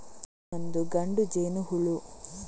drone ಒಂದು ಗಂಡು ಜೇನುಹುಳು